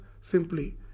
simply